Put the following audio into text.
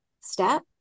step